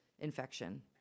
infection